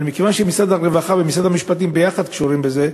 אבל מכיוון שמשרד הרווחה ומשרד המשפטים ביחד קשורים בזה,